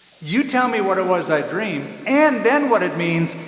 you tell me what it was i dreamed and then what it means.